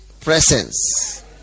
presence